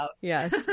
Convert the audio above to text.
Yes